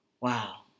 wow